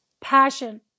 passion